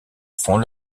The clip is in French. font